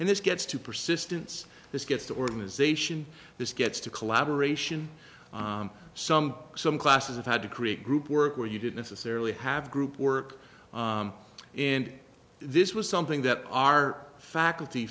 and this gets to persistence this gets the organization this gets to collaboration some some classes it had to create group work where you did necessarily have group work and this was something that our faculty